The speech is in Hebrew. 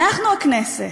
אנחנו הכנסת.